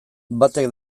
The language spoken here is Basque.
batek